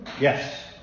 Yes